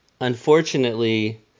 Unfortunately